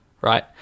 right